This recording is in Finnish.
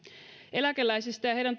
eläkeläisistä ja heidän